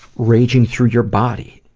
raging through your body.